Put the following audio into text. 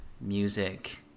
music